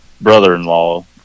brother-in-law